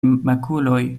makuloj